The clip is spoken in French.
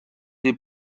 des